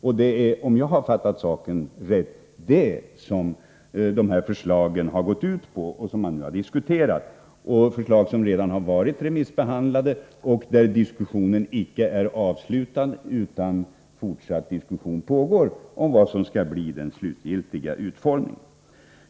Om jag har uppfattat saken rätt, är det detta de här förslagen har gått ut på och som man nu har diskuterat. Förslagen är remissbehandlade, men diskussionen om den slutgiltiga utformningen är icke avslutad utan pågår fortfarande.